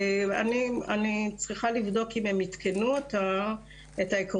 אני צריכה לבדוק אם הם עדכנו את העקרונות.